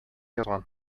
язган